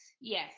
yes